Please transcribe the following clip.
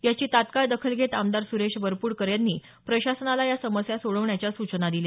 याची तत्काळ दखल घेत आमदार सुरेश वरपूडकर यांनी प्रशासनाला या समस्या सोडवण्याच्या सूचना केल्या